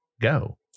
go